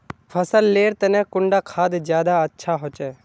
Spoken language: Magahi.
फसल लेर तने कुंडा खाद ज्यादा अच्छा होचे?